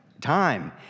time